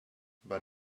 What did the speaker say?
but